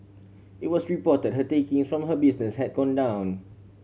it was reported her taking from her business had gone down